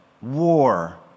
war